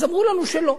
ואמרו לנו שלא,